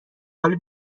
حالا